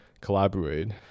collaborate